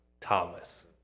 Thomas